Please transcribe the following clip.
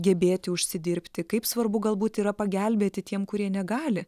gebėti užsidirbti kaip svarbu galbūt yra pagelbėti tiem kurie negali